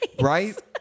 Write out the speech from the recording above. Right